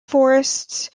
forests